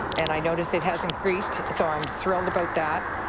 and i noticed it has increased. so i'm thrilled about that.